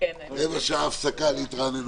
הפסקה להתרעננות.